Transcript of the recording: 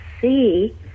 see